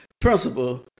principle